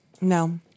no